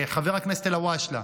חבר הכנסת אלהואשלה,